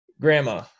Grandma